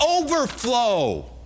overflow